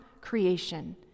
creation